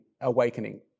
awakening